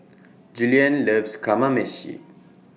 Julien loves Kamameshi